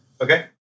Okay